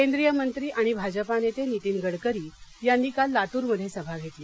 केंद्रीय मंत्री आणि भाजपा नेते नितीन गडकरी यांनी काल लातूरमध्ये सभा घेतली